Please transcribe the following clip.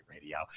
radio